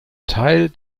teil